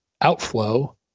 outflow